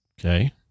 Okay